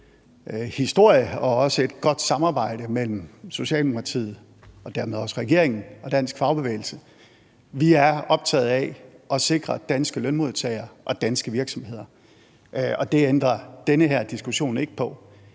historie og også et godt samarbejde mellem Socialdemokratiet – og dermed også regeringen – og dansk fagbevægelse. Vi er optaget af at sikre danske lønmodtagere og danske virksomheder, og det ændrer den her diskussion ikke på.